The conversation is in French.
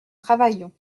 travaillons